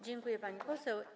Dziękuję, pani poseł.